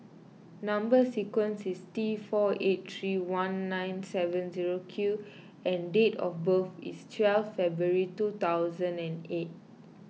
Number Sequence is T four eight three one nine seven zero Q and date of birth is twelve February two thousand and eight